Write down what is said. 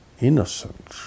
Innocent